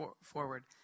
forward